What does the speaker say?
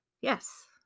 Yes